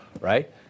right